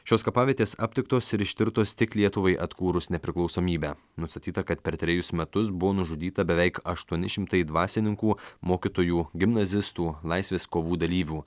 šios kapavietės aptiktos ir ištirtos tik lietuvai atkūrus nepriklausomybę nustatyta kad per trejus metus buvo nužudyta beveik aštuoni šimtai dvasininkų mokytojų gimnazistų laisvės kovų dalyvių